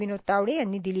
विनोद तावडे यांनी दिली